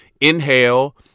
inhale